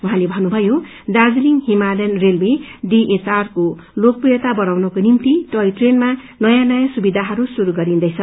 उहाँले भक्रमयो Darjeeling Himalayan railway डीएचआरको लोकप्रियता बढ़ाउनको निम्ति टोय ट्रेनमा नयाँ नयाँ सुविधाहरू श्रीरू गरिन्दैछ